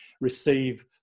receive